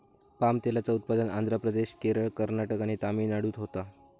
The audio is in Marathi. पाम तेलाचा उत्पादन आंध्र प्रदेश, केरळ, कर्नाटक आणि तमिळनाडूत होता